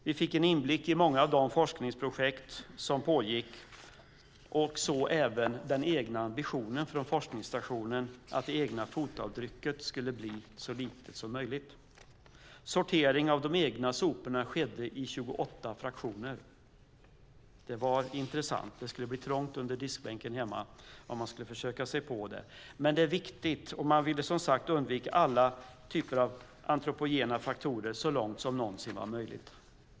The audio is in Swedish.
Vi fick en inblick i många av de forskningsprojekt som pågick och även ambitionen från forskningsstationen att det egna fotavtrycket skulle bli så litet som möjligt. Sortering av de egna soporna skedde i 28 fraktioner. Det var intressant. Det skulle bli trångt under diskbänken hemma om man skulle försöka sig på det. Men det är viktigt, och man ville som sagt undvika alla typer av antropogena faktorer så långt som det någonsin var möjligt.